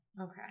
Okay